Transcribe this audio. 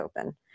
open